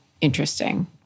Interesting